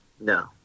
No